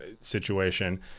situation